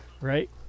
Right